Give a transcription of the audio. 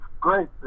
Great